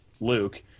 Luke